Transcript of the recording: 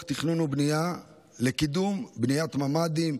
התכנון והבנייה לקידום בניית ממ"דים,